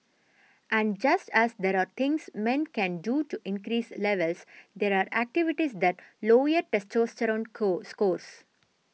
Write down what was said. and just as there are things men can do to increase levels there are activities that lower testosterone cause scores